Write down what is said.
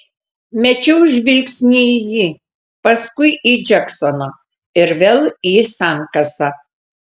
mečiau žvilgsnį į jį paskui į džeksoną ir vėl į sankasą